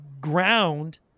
ground